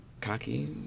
cocky